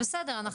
בסדר?